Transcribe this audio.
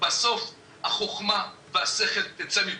בסוף החוכמה והשכל ייצא מפה.